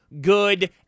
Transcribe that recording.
good